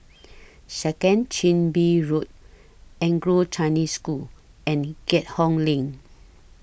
Second Chin Bee Road Anglo Chinese School and Keat Hong LINK